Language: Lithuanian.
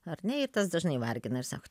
ar ne ir tas dažnai vargina ir sako